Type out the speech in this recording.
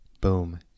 boom